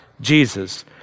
Jesus